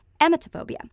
emetophobia